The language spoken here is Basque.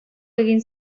egin